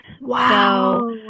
Wow